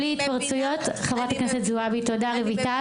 בלי התפרצויות.) --- (אומרת דברים בשפת הסימנים,